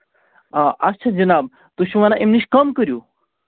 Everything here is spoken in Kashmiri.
آ اَچھا جِناب تُہۍ چھِو وَنان اَمہِ نِش کَم کٔرِو